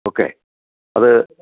okay അത്